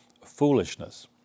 foolishness